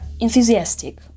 enthusiastic